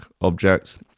objects